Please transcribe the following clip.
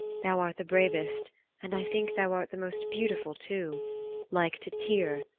thou art the bravest and i think thou art the most beautiful too like to tyr,